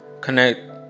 connect